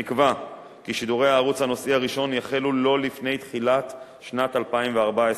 נקבע כי שידורי הערוץ הנושאי הראשון יחלו לא לפני תחילת שנת 2014,